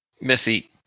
Missy